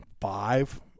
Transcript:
five